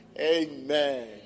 Amen